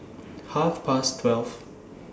Half Past twelve